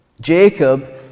jacob